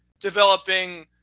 developing